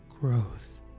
growth